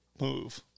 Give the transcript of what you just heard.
move